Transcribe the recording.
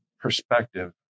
perspective